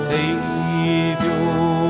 Savior